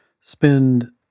spend